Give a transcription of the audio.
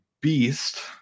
beast